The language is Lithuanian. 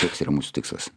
toks yra mūsų tikslas